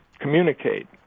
communicate